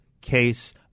case